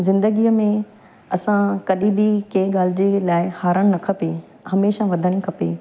ज़िंदगीअ में असां कॾहिं बि कंहिं ॻाल्हि जे लाइ हारणु न खपे हमेशह वधण खपे